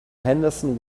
henderson